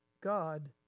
God